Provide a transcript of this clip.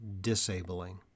disabling